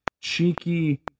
cheeky